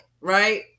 right